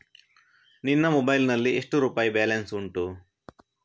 ನಿನ್ನ ಮೊಬೈಲ್ ನಲ್ಲಿ ಎಷ್ಟು ರುಪಾಯಿ ಬ್ಯಾಲೆನ್ಸ್ ಉಂಟು?